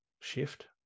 shift